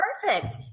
Perfect